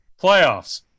playoffs